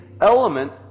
element